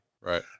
Right